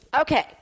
Okay